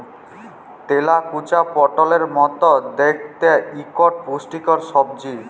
তেলাকুচা পটলের মত দ্যাইখতে ইকট পুষ্টিকর সবজি